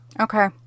Okay